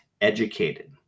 educated